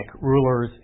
rulers